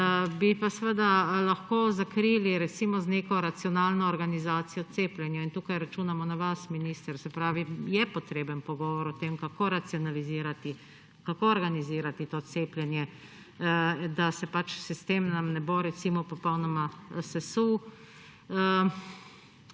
bi pa lahko zakrili recimo z neko racionalno organizacijo cepljenja. In tukaj računamo na vas, minister. Se pravi, potreben je pogovor o tem, kako racionalizirati, kako organizirati to cepljenje, da se nam ne bo sistem popolnoma sesul.